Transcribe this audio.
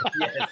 Yes